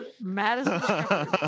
Madison